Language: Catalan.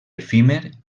efímer